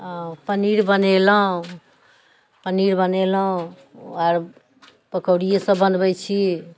पनीर बनेलहुँ पनीर बनेलहुँ आओर पकोड़िये सभ बनबैत छी